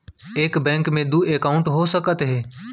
एक बैंक में दू एकाउंट हो सकत हे?